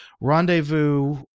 rendezvous